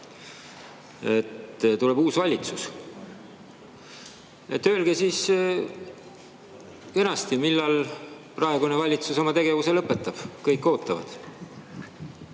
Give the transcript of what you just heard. tuleb uus valitsus. Öelge siis kenasti, millal praegune valitsus oma tegevuse lõpetab. Kõik ootavad!